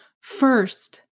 first